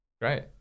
Great